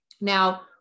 Now